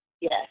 Yes